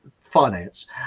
finance